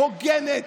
הוגנת,